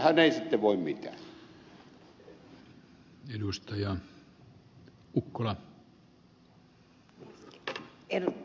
sillehän ei sitten voi mitään